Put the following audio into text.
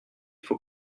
faux